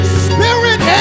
spirit